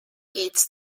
its